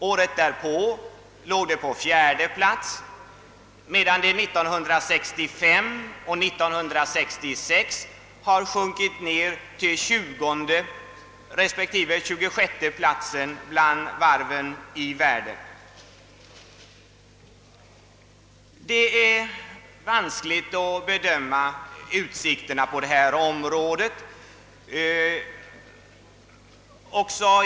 Året därpå låg det på fjärde plats, och 1965 och 1966 hade det halkat ned till tjugonde respektive tjugosjätte platsen bland varven i världen. Det är vanskligt att bedöma utsikterna i denna industrigren.